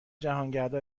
جهانگردا